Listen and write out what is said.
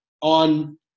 on